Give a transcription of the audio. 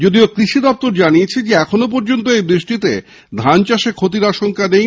যদিও কৃষি দপ্তর জানিয়েছে এখনও পর্যন্ত এই বৃষ্টিতে ধান চাষে ক্ষতির আশঙ্কা নেই